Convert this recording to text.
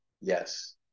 Yes